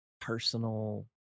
personal